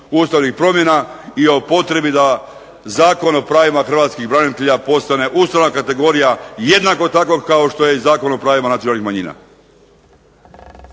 ustavnih promjena i o potrebi da Zakon o pravima hrvatskih branitelja postane ustavna kategorija jednako tako kao što je Zakon o pravima nacionalnih manjina.